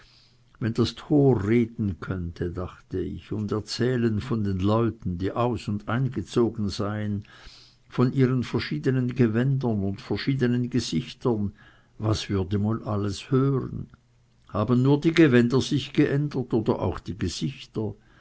wenn das tor reden könnte dachte ich und erzählen von den leuten die aus und eingezogen seien von ihren verschiedenen gewändern und verschiedenen gesichtern was würde man da wohl alles hören haben nur die gewänder sich geändert oder auch die gesichter